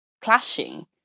clashing